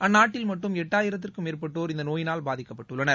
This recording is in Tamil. அந்நாட்டில் மட்டும் எட்டாயிரத்திற்கும் மேற்பட்டோர் இந்த நோயினால் பாதிக்கப்பட்டுள்ளனர்